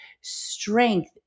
strength